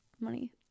money